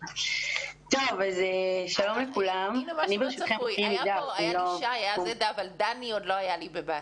שלום לכולם, אני ברשותכם אקריא מדף.